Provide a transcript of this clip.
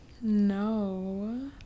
No